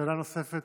שאלה נוספת.